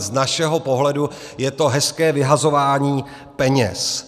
Z našeho pohledu je to hezké vyhazování peněz.